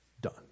Done